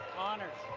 honors